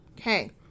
Okay